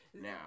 now